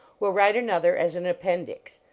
will write another as an appendix.